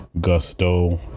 gusto